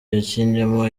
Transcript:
yakinnyemo